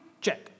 Check